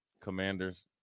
commanders